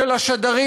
של השדרים,